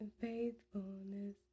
Faithfulness